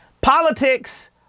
Politics